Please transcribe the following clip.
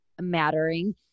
mattering